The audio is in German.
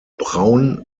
braun